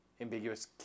ambiguous